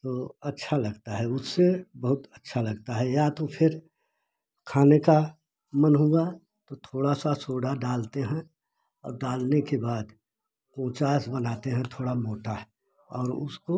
वो अच्छा लगता है उसे बहुत अच्छा लगता है या तो फिर खाने का मन हुआ तो थोड़ा सा सोडा डालते हैं और डालने के बाद उचास बनाते हैं थोड़ा मोटा और उसको